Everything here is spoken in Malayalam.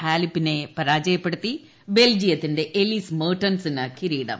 ഹാലപ്പിനെ ്പരാജയപ്പെടുത്തി ബെൽജിയത്തിന്റെ എലീസ് മെർട്ടൺസിന് കിരീടം